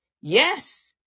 Yes